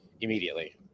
immediately